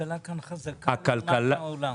שהכלכלה כאן חזקה לעומת העולם.